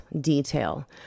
detail